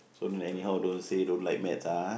so don't anyhow don't say don't like maths ah